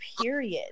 period